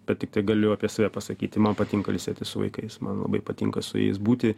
bet tiktai galiu apie save pasakyti man patinka ilsėtis su vaikais man labai patinka su jais būti